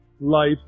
life